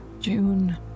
June